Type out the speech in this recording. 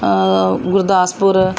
Gurdaspur